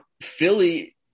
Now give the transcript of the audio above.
Philly